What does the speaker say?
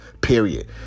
period